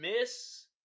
Miss